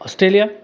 Australia